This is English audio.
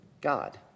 God